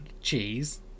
cheese